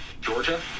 Georgia